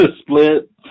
split